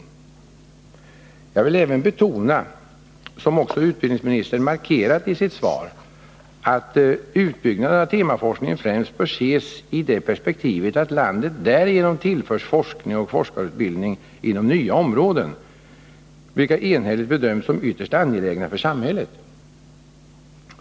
Jag vill även betona — som också utbildningsministern markerat i sitt svar — att utbyggnaden av temaforskningen främst bör ses i det perspektivet att landet därigenom tillförs forskning och forskarutbildning inom nya områden, vilka enhälligt bedöms som ytterst angelägna för samhället.